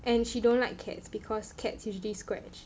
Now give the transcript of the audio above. and she don't like cats because cats usually scratch